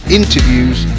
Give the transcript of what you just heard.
interviews